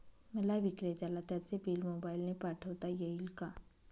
मला विक्रेत्याला त्याचे बिल मोबाईलने पाठवता येईल का?